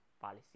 policy